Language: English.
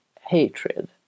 hatred